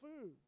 food